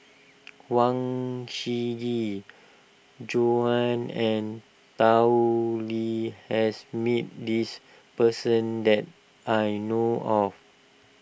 Huang Shiqi Joan and Tao Li has meet this person that I know of